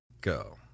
go